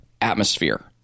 atmosphere